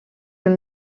del